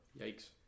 Yikes